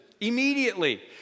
Immediately